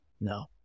No